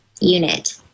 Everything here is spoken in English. unit